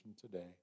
today